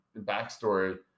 backstory